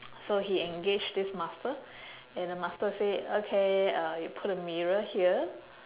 so he engaged this master and the master say okay uh you put a mirror here